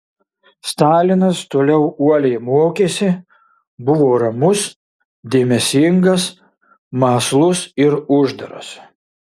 stalinas toliau uoliai mokėsi buvo ramus dėmesingas mąslus ir uždaras